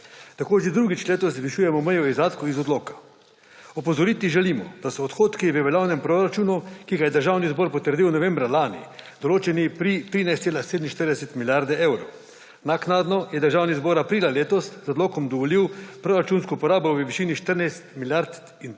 Tako že drugič letos zvišujemo mejo izdatkov iz odloka. Opozoriti želimo, da so odhodki v veljavnem proračunu, ki ga je Državni zbor potrdil novembra lani, določeni pri 13,47 milijarde evrov. Naknadno je Državni zbor aprila letos z odlokom dovolil proračunsko porabo v višini 14,32 milijarde